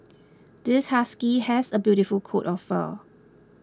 this husky has a beautiful coat of fur